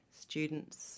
students